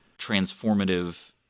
transformative